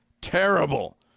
terrible